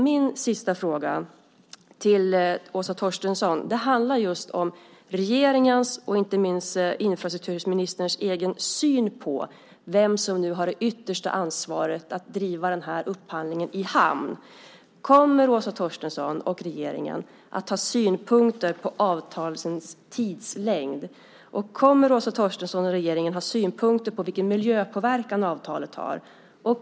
Min sista fråga till Åsa Torstensson handlar om regeringens och inte minst infrastrukturministerns egen syn på vem som nu har det yttersta ansvaret att driva upphandlingen i hamn. Kommer Åsa Torstensson och regeringen att ha synpunkter på avtalets tidslängd? Kommer Åsa Torstensson och regeringen att ha synpunkter på vilken miljöpåverkan avtalet har?